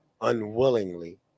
unwillingly